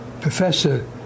professor